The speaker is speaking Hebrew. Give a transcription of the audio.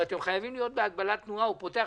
או אתם חייבים להיות בהגבלת תנועה אדם פותח